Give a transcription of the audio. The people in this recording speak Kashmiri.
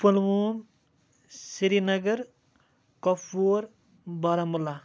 پلووم سری نَگَر کَپۄور بارہمُلہ